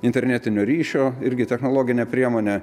internetinio ryšio irgi technologinę priemonę